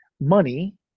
money